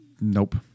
nope